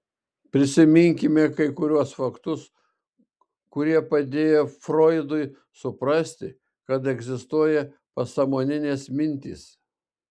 prisiminkime kai kuriuos faktus kurie padėjo froidui suprasti kad egzistuoja pasąmoninės mintys